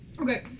okay